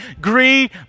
greed